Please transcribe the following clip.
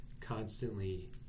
constantly